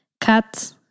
cut